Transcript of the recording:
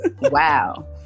wow